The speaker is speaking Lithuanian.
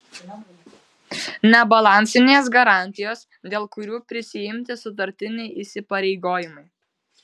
nebalansinės garantijos dėl kurių prisiimti sutartiniai įsipareigojimai